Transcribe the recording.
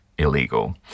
Illegal